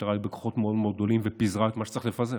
המשטרה הגיע בכוחות מאוד גדולים ופיזרה את מה שצריך לפזר,